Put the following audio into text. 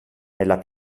nella